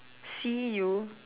see you